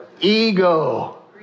ego